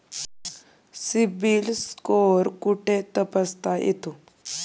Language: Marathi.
सिबिल स्कोअर कुठे तपासता येतो?